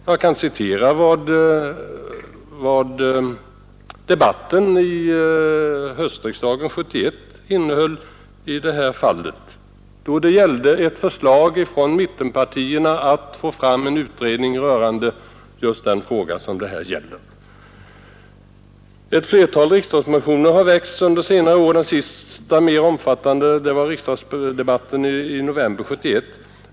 Jag kan citera från debatten hösten 1971 då det gällde ett förslag från mittenpartierna att få fram en utredning rörande just den fråga som det här gäller. Ett flertal riksdagsmotioner har väckts under senare år, den senaste debatterades i november 1971.